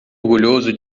orgulhoso